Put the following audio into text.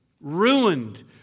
Ruined